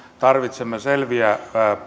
tarvitsemme selviä